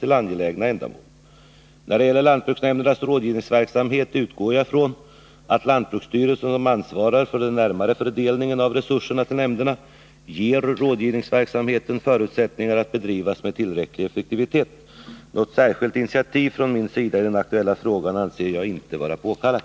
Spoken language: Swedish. Tjänstemännen kan därmed inte som hittills fullgöra sina viktiga arbetsuppgifter med rådgivningen. Är jordbruksministern beredd medverka till en omprioritering av anslagen till lantbruksnämnderna, så att rådgivningsverksamheten inte missgynnas?